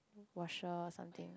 washer or something